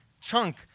chunk